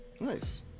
Nice